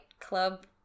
club